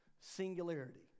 singularity